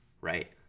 right